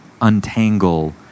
untangle